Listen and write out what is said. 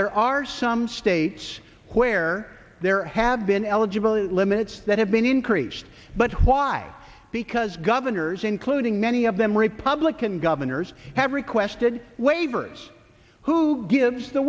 there are some states where there have been eligible limits that have been increased but why because governors including many of them republican governors have requested waivers who gives the